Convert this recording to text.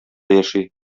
яши